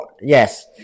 yes